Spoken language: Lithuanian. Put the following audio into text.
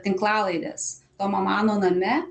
tinklalaides tomo mano name